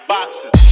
Boxes